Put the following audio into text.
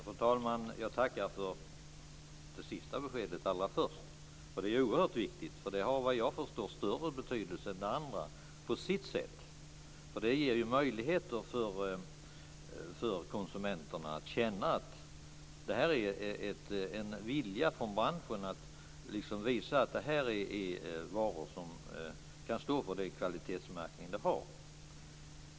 Fru talman! Allra först tackar jag för det sista beskedet. Det är ju oerhört viktigt. Det har vad jag förstår större betydelse än det andra - på sitt sätt. Det ger ju möjligheter för konsumenterna att känna att det finns en vilja från branschen att visa att det här är varor som kan stå för den kvalitetsmärkning de har.